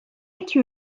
iki